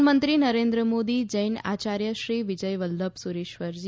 પ્રધાનમંત્રી નરેન્દ્ર મોદી જૈન આચાર્ય શ્રી વિજય વલ્લભ સુરિશ્વરજી